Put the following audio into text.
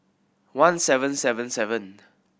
one seven seven seven